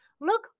Look